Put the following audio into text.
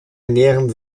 ernähren